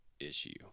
issue